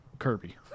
kirby